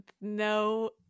No